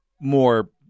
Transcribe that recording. more